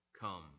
come